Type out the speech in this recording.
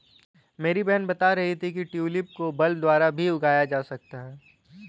मेरी बहन बता रही थी कि ट्यूलिप को बल्ब द्वारा भी उगाया जा सकता है